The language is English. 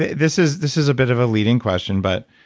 this is this is a bit of a leading question, but